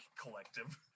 collective